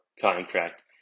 contract